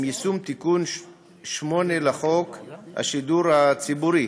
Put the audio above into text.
עם יישום תיקון 8 לחוק השידור הציבורי,